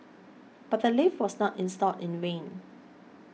but the lift was not installed in vain